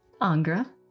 Angra